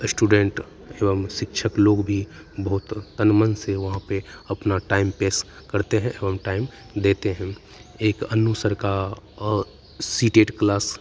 student एवं शिक्षक लोग भी बहुत तन मन से वहाँ पे अपना टाइम पेश करते हैं एवं टाइम देते हैं एक अन्नू सर का सीटेट क्लास